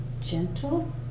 gentle